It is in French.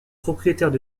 propriétaires